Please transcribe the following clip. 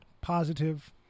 positive